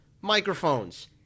microphones